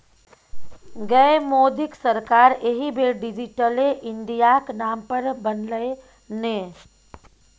गै मोदीक सरकार एहि बेर डिजिटले इंडियाक नाम पर बनलै ने